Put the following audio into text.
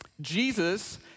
Jesus